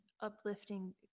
uplifting